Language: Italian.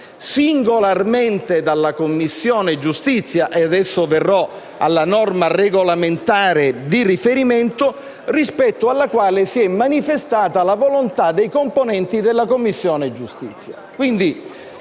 singolarmente dalla Commissione giustizia. Passerò adesso alla norma regolamentare di riferimento, rispetto alla quale si è manifestata la volontà dei componenti della Commissione giustizia.